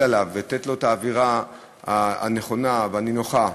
עליו ולתת לו את האווירה הנכונה והנינוחה,